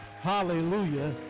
hallelujah